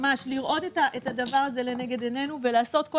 ממש לראות את הדבר הזה לנגד עינינו ולעשות כל